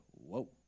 whoa